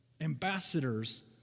Ambassadors